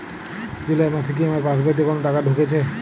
জুলাই মাসে কি আমার পাসবইতে কোনো টাকা ঢুকেছে?